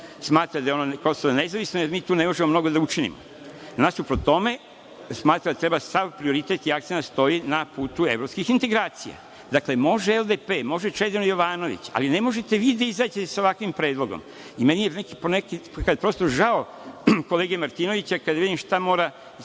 smatra da je Kosovo nezavisno, jer mi tu ne možemo mnogo da učinimo. Nasuprot tome, smatra da treba sav prioritet i akcenat staviti na put evropskih integracija. Dakle, može LDP, može Čedomir Jovanović, ali ne možete vi da izađete sa ovakvim predlogom. Meni je nekada žao kolege Martinovića kad vidim sa kakvim